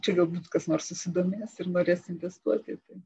čia galbūt kas nors susidomės ir norės imtis to ateity